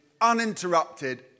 uninterrupted